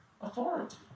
authority